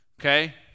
Okay